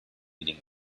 leading